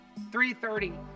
3.30